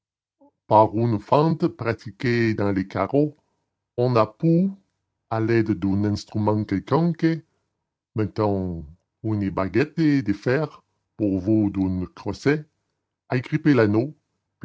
par une fente pratiquée dans le carreau on a pu à l'aide d'un instrument quelconque mettons une baguette de fer pourvue d'un crochet agripper l'anneau